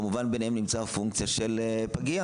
וכמובן ביניהם את הפונקציה של הפגייה.